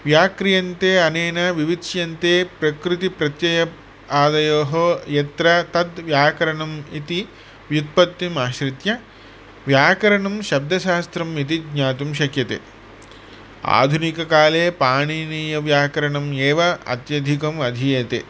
व्याक्रियन्ते अनेन विविच्यन्ते प्रकृतिप्रत्ययादयोः यत्र तत् व्याकरणम् इति व्युत्पत्तिमाश्रित्य व्याकरणं शब्दशास्त्रम् इति ज्ञातुं शक्यते आधुनिककाले पाणिनीयव्याकरणमेव अत्यधिकम् अधीयते